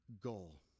goal